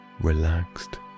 relaxed